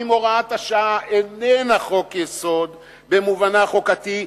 אם הוראת השעה אינה חוק-יסוד במובנה החוקתי,